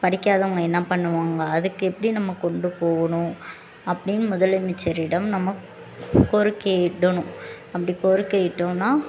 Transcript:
படிக்காதவங்க என்ன பண்ணுவாங்க அதுக்கு எப்படி நம்ம கொண்டு போகணும் அப்டின்னு முதலமைச்சரிடம் நம்ம கோரிக்கையிடணும் அப்படி கோரிக்கையிட்டோன்னால்